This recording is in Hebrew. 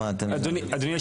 למה אתם --- אדוני,